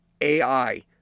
AI